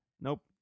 Nope